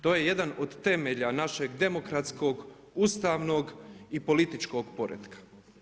To je jedan od temelja našeg demokratskog, ustavnog i političkog poretka.